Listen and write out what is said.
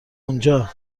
اونجا